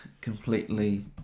completely